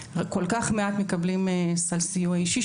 כל כך מעט מקבלים סל סיוע אישי,